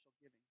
giving